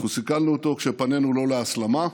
אנחנו סיכלנו אותו ופנינו לא להסלמה,